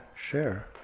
share